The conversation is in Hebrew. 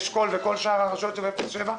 מועצת אשכול וכל שאר הרשויות שבתחום אפס עד שבע,